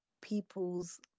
people's